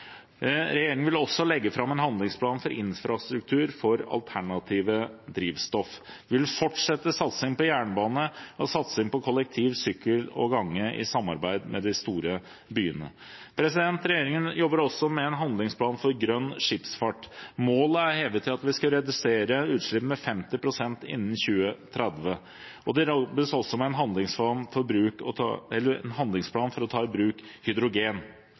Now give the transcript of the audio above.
Regjeringen vil også legge fram en handlingsplan for infrastruktur for alternative drivstoff. Vi vil fortsette satsingen på jernbane og på kollektivtransport, sykkel og gange, i samarbeid med de store byene. Regjeringen jobber også med en handlingsplan for grønn skipsfart. Målet er hevet til at vi skal redusere utslippene med 50 pst. innen 2030, og det arbeides også med en handlingsplan for å ta